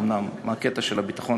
אומנם בקטע של הביטחון,